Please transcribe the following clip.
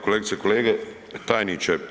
Kolegice i kolege, tajniče.